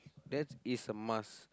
that is a must